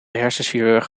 hersenchirurg